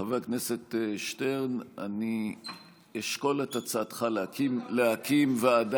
חבר הכנסת שטרן, אני אשקול את הצעתך להקים ועדה.